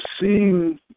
seeing